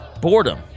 boredom